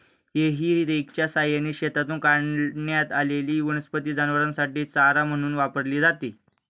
हेई रेकच्या सहाय्याने शेतातून काढण्यात आलेली वनस्पती जनावरांसाठी चारा म्हणून वापरली जाते